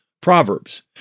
Proverbs